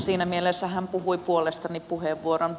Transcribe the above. siinä mielessä hän puhui puolestani puheenvuoron